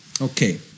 Okay